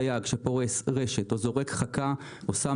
דייג שפורש רשת או זורק חכה או שם